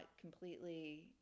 completely